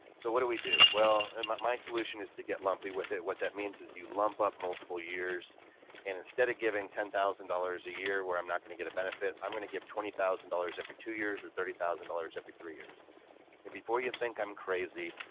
so what do we do? well my solution is to get lumpy with it. what that means is you lump up multiple years and instead of giving ten thousand dollars a year where i'm not going to get a benefit, i'm going to give twenty thousand dollars every two years or thirty thousand dollars every three years and before you think i'm crazy,